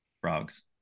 frogs